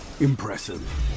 Impressive